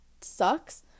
sucks